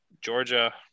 georgia